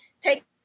take